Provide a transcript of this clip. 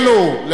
לארצנו,